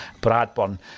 Bradburn